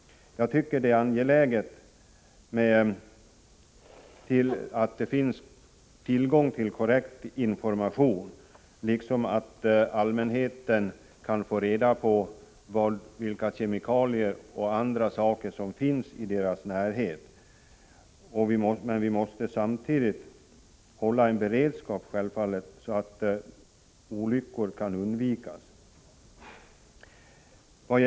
Jag tycker det är angeläget att se till att det finns tillgång till korrekt information, liksom att allmänheten kan få reda på vilka kemikalier o. d. som finnsi dess närhet. Men vi måste självfallet samtidigt hålla en hög beredskap, så att olyckor inte inträffar.